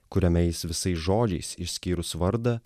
kuriame jis visais žodžiais išskyrus vardą